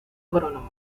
agrónomo